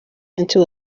into